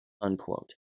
unquote